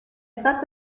stato